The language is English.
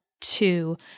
two